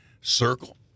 circle